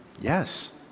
Yes